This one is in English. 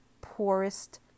poorest